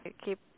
Keep